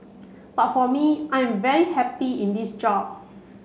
but for me I am very happy in this job